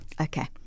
Okay